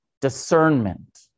discernment